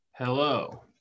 Hello